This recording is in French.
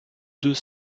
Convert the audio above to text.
deux